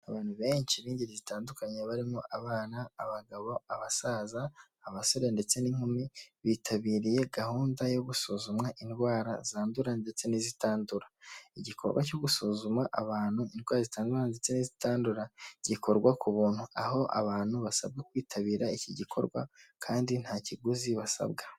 Abantu benshi b'ingeri zitandukanye barimo abana, abagabo, abasaza, abasore ndetse n'inkumi bitabiriye gahunda yo gusuzumwa indwara zandura ndetse n'izitandura. Igikorwa cyo gusuzuma abantu indwara zitandura ndetse n'izitandura gikorwa ku buntu, aho abantu basabwa kwitabira iki gikorwa kandi nta kiguzi basabwa.